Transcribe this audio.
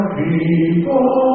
people